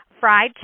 fried